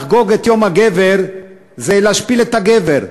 לחגוג את יום הגבר זה להשפיל את הגבר.